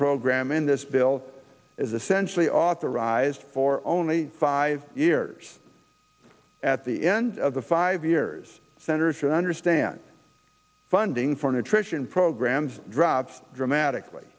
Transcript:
program in this bill is essentially authorized for only five years at the end of the five years senators should understand funding for nutrition programs drops dramatically